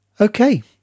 Okay